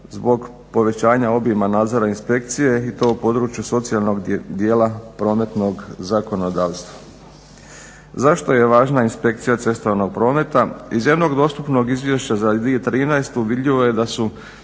zbog povećanja obima nadzora inspekcije i to u području socijalnog dijela prometnog zakonodavstva. Zašto je važna inspekcija cestovnog prometa? Iz jednog dostupnog izvješća za 2013.vidljivo je da su